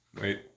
Wait